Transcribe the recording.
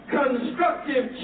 constructive